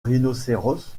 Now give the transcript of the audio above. rhinocéros